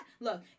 Look